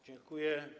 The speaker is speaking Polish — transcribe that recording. Dziękuję.